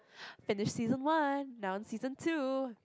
finish season one now on season two